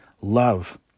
love